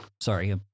Sorry